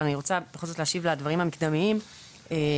אבל אני רוצה להשיב לדברים המקדמיים בהיבט